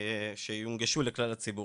שיונגשו לכלל הציבור.